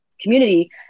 community